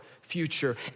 future